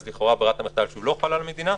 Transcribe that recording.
לכאורה ברירת המחדל שהוא לא חל על המדינה.